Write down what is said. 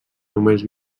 només